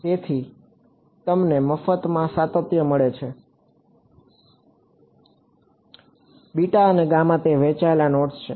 તેથી તમને મફતમાં સાતત્ય મળે છે અને તે વહેંચાયેલ નોડ્સ છે